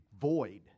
void